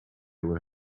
were